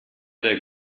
der